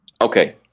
okay